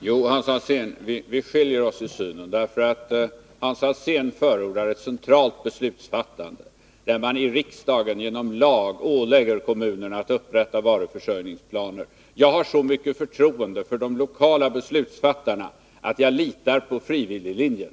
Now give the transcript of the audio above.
Herr talman! Jo, Hans Alsén, vi skiljer oss åt när det gäller synsättet, eftersom ni förordar ett centralt beslutsfattande, varvid man i riksdagen i lag ålägger kommunerna att upprätta varuförsörjningsplaner. Jag har så mycket förtroende för de lokala beslutsfattarna att jag litar på frivilliglinjen.